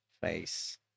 face